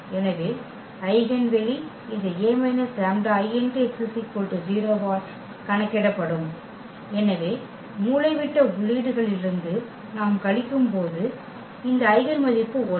எனவே ஐகென் வெளி இந்த A − λIx 0 ஆல் கணக்கிடப்படும் எனவே மூலைவிட்ட உள்ளீடுகளிலிருந்து நாம் கழிக்கும்போது இந்த ஐகென் மதிப்பு 1